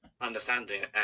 understanding